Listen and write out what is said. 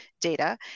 data